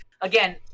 again